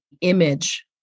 image